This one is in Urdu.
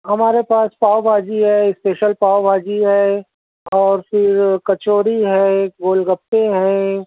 ہمارے پاس پاؤ بھاجی ہے اسپیشل پاؤ بھاجی ہے اور پھر کچوری ہے گول گپّے ہیں